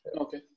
Okay